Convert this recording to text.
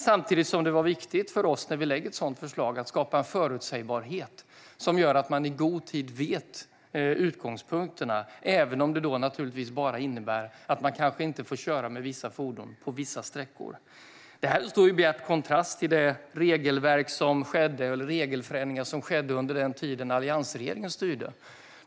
Samtidigt var det viktigt för oss när vi lade fram ett sådant förslag att skapa en förutsägbarhet som gör att man i god tid vet utgångspunkterna, även om det innebär att man kanske inte får köra med vissa fordon på vissa sträckor. Detta står i bjärt kontrast till de regelförändringar som skedde under den tid då alliansregeringen styrde.